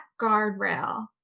guardrail